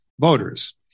voters